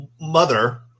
mother